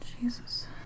Jesus